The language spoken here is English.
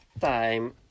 time